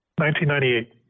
1998